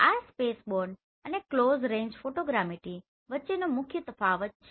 આ સ્પેસબોર્ન અને close range photogrammetry વચ્ચેનો મુખ્ય તફાવત છે